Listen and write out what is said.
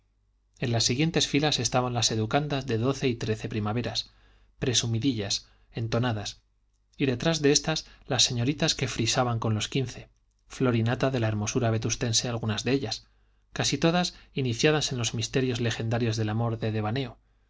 en las siguientes filas estaban las educandas de doce y trece primaveras presumidillas entonadas y detrás de estas las señoritas que frisaban con los quince flor y nata de la hermosura vetustense algunas de ellas casi todas iniciadas en los misterios legendarios del amor de devaneo